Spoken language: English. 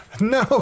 No